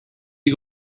you